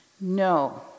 No